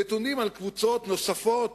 נתונים על קבוצות נוספות